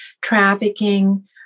trafficking